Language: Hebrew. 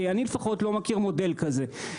כי אני לפחות לא מכיר מודל כזה,